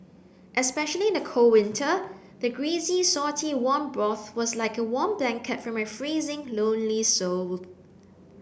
especially in the cold winter the greasy salty warm broth was like a warm blanket for my freezing lonely soul